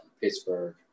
Pittsburgh